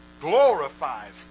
glorifies